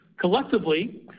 Collectively